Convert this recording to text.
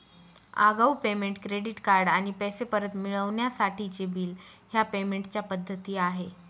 आगाऊ payment, credit card आणि पैसे परत मिळवण्यासाठीचे बिल ह्या पेमेंट च्या पद्धती आहे